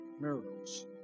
Miracles